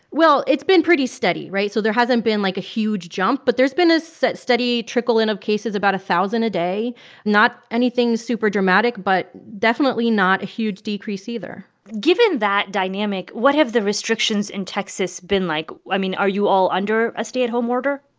well, it's been pretty steady, right? so there hasn't been, like, a huge jump. but there's been a steady trickle-in of cases, about a thousand a day not anything super dramatic, but definitely not a huge decrease either given that dynamic, what have the restrictions in texas been like? i mean, are you all under a stay-at-home order?